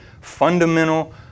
fundamental